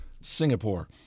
Singapore